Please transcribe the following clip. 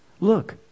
look